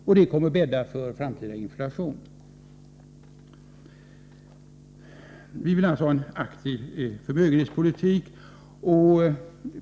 Detta kommer att bädda för framtida inflation. Vi vill som sagt ha en aktiv förmögenhetspolitik.